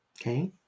Okay